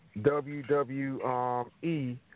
WWE